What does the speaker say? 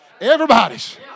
everybody's